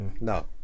No